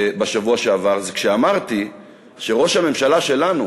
בשבוע שעבר, הייתה כשאמרתי שראש הממשלה שלנו,